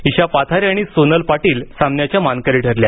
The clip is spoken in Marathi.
इशा पाथारे आणि सोनल पाटील सामन्याचा मानकरी ठरल्या